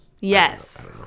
Yes